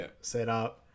setup